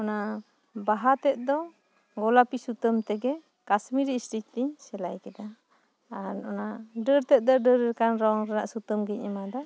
ᱚᱱᱚ ᱵᱟᱦᱟ ᱛᱮᱫ ᱫᱚ ᱜᱳᱞᱟᱯᱤ ᱥᱩᱛᱟᱹᱢ ᱛᱮᱜᱮ ᱠᱟᱹᱥᱢᱤᱨᱤ ᱤᱥᱴᱤᱠ ᱛᱮᱧ ᱥᱮᱞᱟᱭ ᱠᱮᱫᱟ ᱟᱨ ᱚᱱᱟ ᱰᱟᱹᱨ ᱛᱮᱫ ᱫᱚ ᱰᱟᱹᱨ ᱞᱮᱠᱟᱱ ᱨᱚᱝ ᱨᱮᱱᱟᱜ ᱥᱩᱛᱟᱹᱢ ᱜᱮᱧ ᱮᱢᱟᱫᱟ